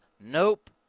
Nope